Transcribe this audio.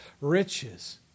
riches